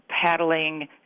paddling